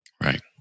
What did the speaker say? Right